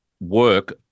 work